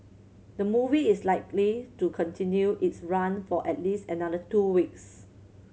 the movie is likely to continue its run for at least another two weeks